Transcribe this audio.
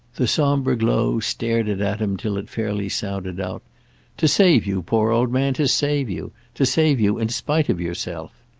the sombre glow stared it at him till it fairly sounded out to save you, poor old man, to save you to save you in spite of yourself.